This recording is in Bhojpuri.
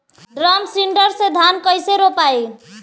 ड्रम सीडर से धान कैसे रोपाई?